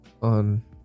on